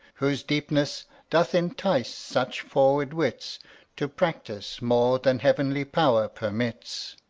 whose deepness doth entice such forward wits to practise more than heavenly power permits.